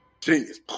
Genius